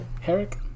Herrick